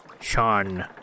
Sean